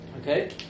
Okay